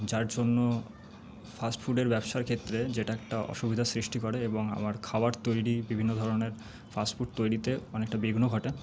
যার জন্য ফাস্ট ফুডের ব্যবসার ক্ষেত্রে যেটা একটা অসুবিধার সৃষ্টি করে এবং আমার খাবার তৈরি বিভিন্ন ধরণের ফাস্ট ফুড তৈরিতে অনেকটা বিঘ্ন ঘটে